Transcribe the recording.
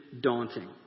daunting